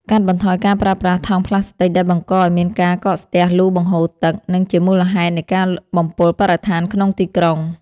កាត់បន្ថយការប្រើប្រាស់ថង់ផ្លាស្ទិកដែលបង្កឱ្យមានការកកស្ទះលូបង្ហូរទឹក និង ជាមូលហេតុនៃការបំពុលបរិស្ថានក្នុងទីក្រុង។